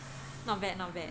not bad not bad